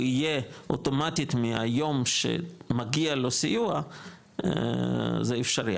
הוא יהיה אוטומטית מהיום שמגיע לו סיוע זה אפשרי,